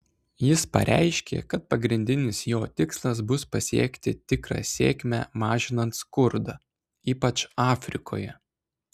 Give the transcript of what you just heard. jis pareiškė kad pagrindinis jo tikslas bus pasiekti tikrą sėkmę mažinant skurdą ypač afrikoje